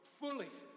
foolish